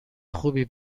خوبی